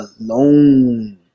alone